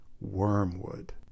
Wormwood